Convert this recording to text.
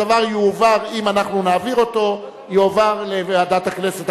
הדבר יועבר, אם אנחנו נעביר אותו, לוועדת הכנסת.